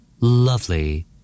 Lovely